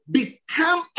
become